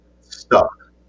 stuck